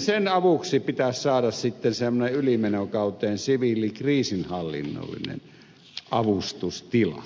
sen avuksi pitää saada ylimenokauteen siviilikriisinhallinnallinen avustustila